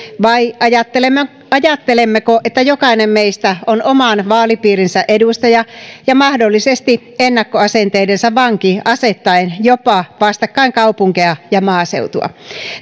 vai ajattelemmeko että jokainen meistä on oman vaalipiirinsä edustaja ja mahdollisesti ennakkoasenteidensa vanki asettaen jopa vastakkain kaupunkeja ja maaseutua